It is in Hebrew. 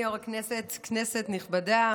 כי כולנו כנראה זקוקים לה.